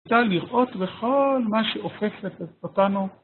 אפשר לראות בכל מה שאופפת אותנו